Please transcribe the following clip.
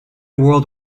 world